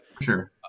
sure